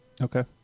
Okay